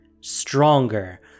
stronger